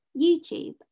YouTube